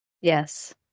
yes